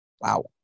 Wow